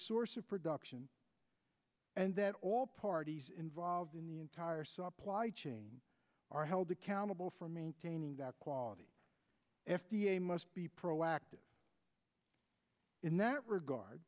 source of production and that all parties involved in the entire supply chain are held accountable for maintaining that quality f d a must be proactive in that regard